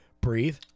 breathe